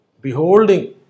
Beholding